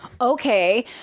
Okay